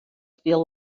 feel